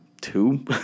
two